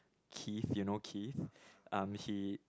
keith do you know keith um he